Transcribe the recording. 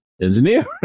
Engineer